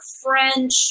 French